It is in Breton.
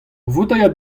voutailhad